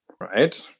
right